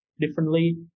differently